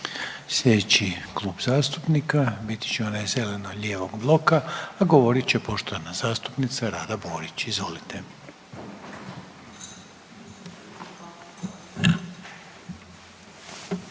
Sljedeći klub zastupnika bit će onaj zeleno-lijevog bloka, a govorit će poštovana zastupnica Rada Borić. Izvolite.